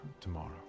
tomorrow